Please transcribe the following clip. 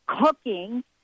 cooking